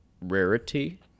rarity